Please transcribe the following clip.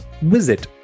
visit